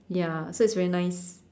ya so it's very nice